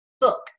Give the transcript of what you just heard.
book